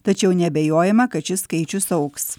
tačiau neabejojama kad šis skaičius augs